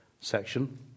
section